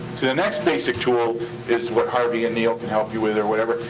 the next basic tool is what harvey and neal can help you with or whatever,